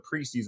preseason